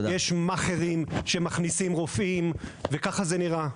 יש מאכרים שמכניסים רופאים וככה זה נראה.